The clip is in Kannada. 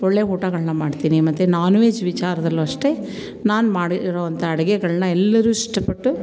ಒಳ್ಳೆಯ ಊಟಗಳನ್ನ ಮಾಡ್ತೀನಿ ಮತ್ತು ನಾನ್ ವೆಜ್ ವಿಚಾರದಲ್ಲಿಯೂ ಅಷ್ಟೇ ನಾನು ಮಾಡಿರುವಂಥ ಅಡುಗೆಗಳ್ನ ಎಲ್ಲರೂ ಇಷ್ಟಪಟ್ಟು